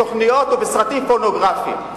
בתוכניות או בסרטים פורנוגרפיים?